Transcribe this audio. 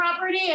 property